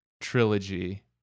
trilogy